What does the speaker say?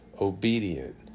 obedient